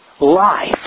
life